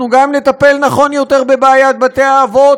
אנחנו גם נטפל נכון יותר בבעיית בתי-האבות,